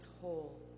whole